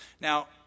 Now